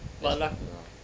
but luck